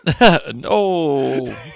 No